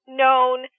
known